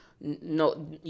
no